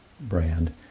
brand